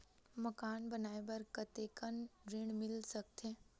मकान बनाये बर कतेकन ऋण मिल सकथे?